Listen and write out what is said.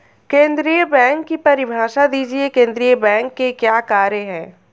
केंद्रीय बैंक की परिभाषा दीजिए केंद्रीय बैंक के क्या कार्य हैं?